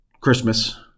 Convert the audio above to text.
Christmas